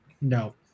no